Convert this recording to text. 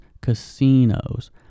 casinos